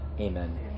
Amen